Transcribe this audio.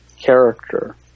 character